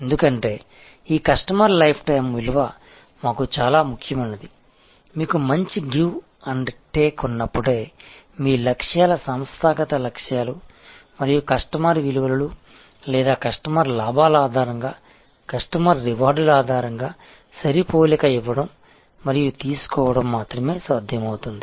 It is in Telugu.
ఎందుకంటే ఈ కస్టమర్ లైఫ్టైమ్ విలువ మాకు చాలా ముఖ్యమైనది మీకు మంచి గివ్ అండ్ టేక్ ఉన్నప్పుడే మీ లక్ష్యాల సంస్థాగత లక్ష్యాలు మరియు కస్టమర్ విలువలు లేదా కస్టమర్ లాభాల ఆధారంగా కస్టమర్ రివార్డ్ల ఆధారంగా సరిపోలిక ఇవ్వడం మరియు తీసుకోవడం మాత్రమే సాధ్యమవుతుంది